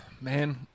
Man